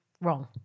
wrong